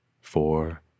four